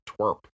twerp